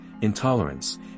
intolerance